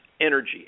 energy